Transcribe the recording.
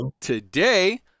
today